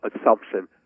assumption